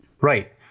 Right